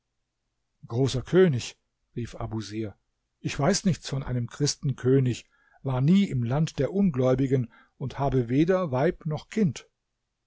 großer könig rief abusir ich weiß nichts von einem christenkönig war nie im land der ungläubigen und habe weder weib noch kind